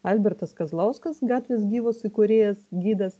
albertas kazlauskas gatvės gyvos įkūrėjas gidas